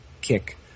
kick